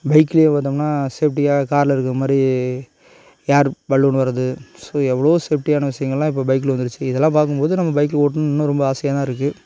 பைக்ல பார்த்தோம்னா சேஃப்டியாக காரில் இருக்கிற மாதிரி ஏர் பலூன் வருது ஸோ எவ்வளோவோ சேஃப்டியான விஷியங்கள்லாம் இப்போ பைக்கில வந்துடுச்சு இதெல்லாம் பார்க்கும்போது நம்ம பைக் ஓட்டணும்னு இன்னும் ரொம்ப ஆசையாக தான் இருக்கு